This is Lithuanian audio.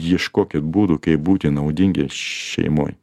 ieškokit būdų kaip būti naudingi šeimoj